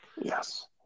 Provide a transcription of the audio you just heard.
Yes